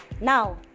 Now